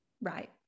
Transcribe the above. Right